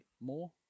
more